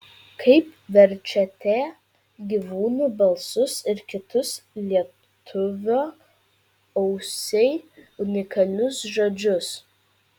kaip verčiate gyvūnų balsus ir kitus lietuvio ausiai unikalius žodžius